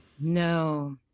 No